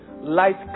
Light